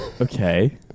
Okay